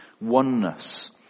oneness